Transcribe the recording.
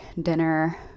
dinner